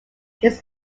his